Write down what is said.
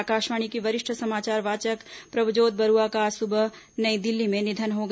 आकाशवाणी की वरिष्ठ समाचार वाचक प्रभजोत बरूआ का आज सुबह नई दिल्ली में निधन हो गया